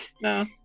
No